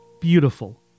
beautiful